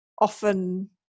often